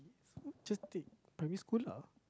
just take primary school lah